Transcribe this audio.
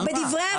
על מה?